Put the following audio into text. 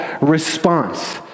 response